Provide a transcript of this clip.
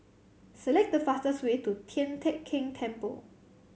select the fastest way to Tian Teck Keng Temple